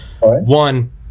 One